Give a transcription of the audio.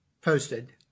posted